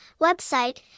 website